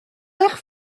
eich